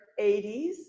80s